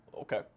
okay